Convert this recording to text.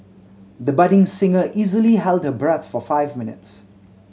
the budding singer easily held her breath for five minutes